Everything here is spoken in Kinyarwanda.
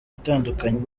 itandukanye